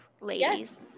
ladies